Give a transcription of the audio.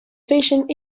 fishing